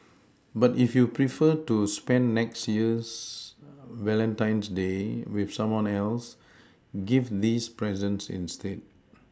but if you prefer to spend next year's Valentine's day with someone else give these presents instead